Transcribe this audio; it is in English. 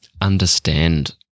understand